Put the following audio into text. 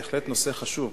בהחלט נושא חשוב,